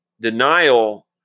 Denial